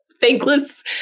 Thankless